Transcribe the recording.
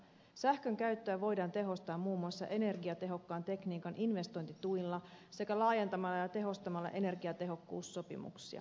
sähkön käyttöä voidaan tehostaa muun muassa energiatehokkaan tekniikan investointituilla sekä laajentamalla ja tehostamalla energiatehokkuussopimuksia